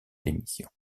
démission